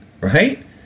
right